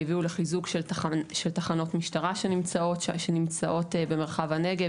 והביאו לחיזוק של תחנות משטרה שנמצאות במרחב הנגב,